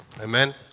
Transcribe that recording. Amen